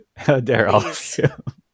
Daryl